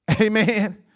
amen